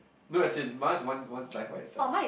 no as in mine is one one slice by itself